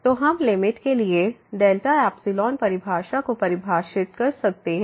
तो हम लिमिट के लिए डेल्टा एप्सिलॉन परिभाषा को परिभाषित कर सकते हैं